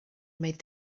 made